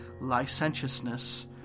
...licentiousness